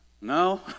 no